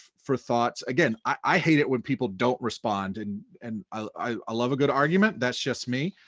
for thoughts, again, i hate it when people don't respond. and and i love a good argument, that's just me.